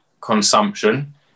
consumption